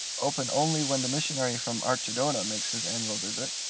open only when the missionary from archidona makes his annual visit,